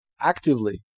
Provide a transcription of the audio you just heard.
actively